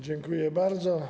Dziękuję bardzo.